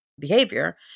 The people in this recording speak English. behavior